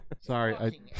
Sorry